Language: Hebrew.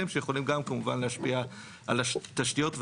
שיכולים גם כמובן להשפיע על התשתיות,